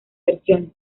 versiones